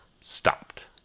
stopped